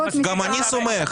גם אני סומך.